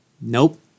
Nope